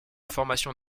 formation